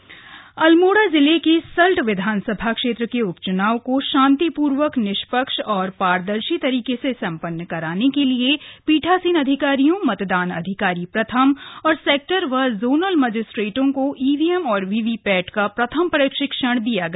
सल्ट उपचुनाव अल्मोड़ा जिले के सल्ट विधानसभा क्षेत्र के उपच्नाव को शान्तिपूर्वक निष्पक्ष और पारदर्शी तरीके से सम्पन्न कराने के लिए पीठासीन अधिकारियों मतदान अधिकारी प्रथम और सेक्टरजोनल मजिस्ट्रेटों को ईवीएम और वीवीपैट का प्रथम प्रशिक्षण दिया गया